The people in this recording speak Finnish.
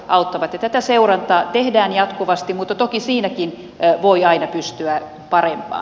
ja tätä seurantaa tehdään jatkuvasti mutta toki siinäkin voi aina pystyä parempaan